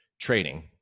Trading